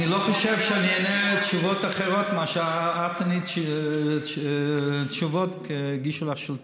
אני לא חושב שאני אענה תשובות אחרות ממה שאת ענית כשהגישו לך שאילתות.